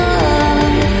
love